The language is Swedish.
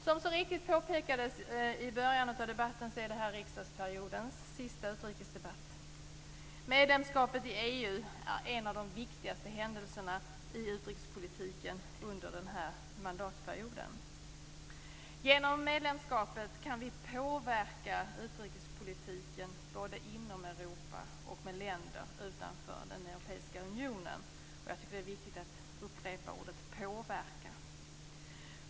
Som så riktigt påpekades i början av debatten är detta riksdagsperiodens sista utrikesdebatt. Medlemskapet i EU är en av de viktigaste händelserna i utrikespolitiken under denna mandatperiod. Genom medlemskapet kan Sverige påverka utrikespolitiken både inom Europa och i länder utanför den europeiska unionen. Jag tycker att det är viktigt att upprepa ordet påverka.